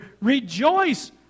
Rejoice